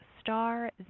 star